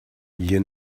you